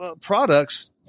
products